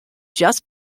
just